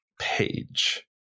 page